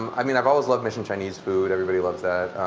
i mean i've always loved mission chinese food. everybody loves that.